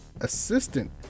assistant